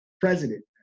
president